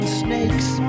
snakes